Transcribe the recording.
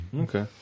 Okay